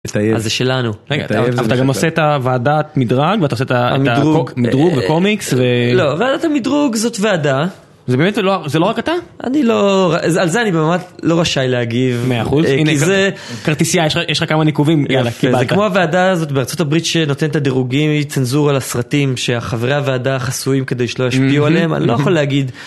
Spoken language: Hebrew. אז זה שלנו. אתה גם עושה את הוועדת מדרג, ואתה עושה את ה... המדרוג. מדרוג וקומיקס, ו... לא, הוועדת המדרוג זאת ועדה. זה באמת, זה לא רק אתה? אני לא, על זה אני באמת לא רשאי להגיב. מאה אחוז. כי זה... כרטיסייה, יש לך כמה ניקובים, יאללה, קיבלת. זה כמו הוועדה הזאת בארצות הברית שנותנת דירוגים, צנזורה לסרטים שהחברי הוועדה חסויים כדי שלא ישפיעו עליהם, אני לא יכול להגיד.